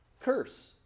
curse